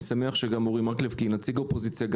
אני שמח שאורי מקלב גם בוועדה כנציג האופוזיציה.